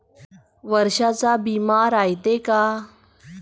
वर्षाचा बिमा रायते का?